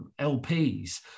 LPs